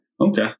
Okay